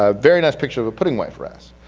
um very nice picture of a puddingwife wrasse,